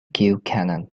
cannon